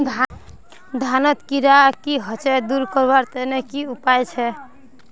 धानोत कीड़ा की होचे दूर करवार तने की उपाय छे?